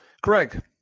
Greg